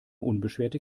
unbeschwerte